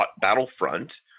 Battlefront